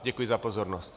Děkuji za pozornost.